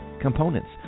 components